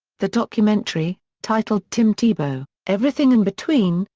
the documentary, titled tim tebow everything in between,